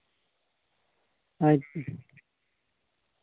ᱦᱳᱭ